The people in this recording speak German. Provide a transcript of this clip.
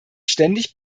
ständig